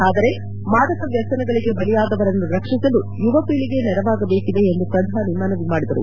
ಆದರೆ ಮಾದಕ ವ್ಲಸನಗಳಿಗೆ ಬಲಿಯಾದವರನ್ನು ರಕ್ಷಿಸಲು ಯುವ ಪೀಳಿಗೆ ನೆರವಾಗಬೇಕಿದೆ ಎಂದು ಪ್ರಧಾನಿ ಮನವಿ ಮಾಡಿದರು